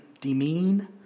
demean